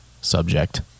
subject